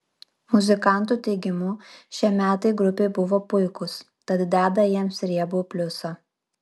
muzikantų teigimu šie metai grupei buvo puikūs tad deda jiems riebų pliusą